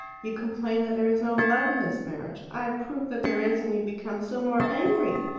you complain that there is no love in this marriage. i prove that there is, and you become still more angry.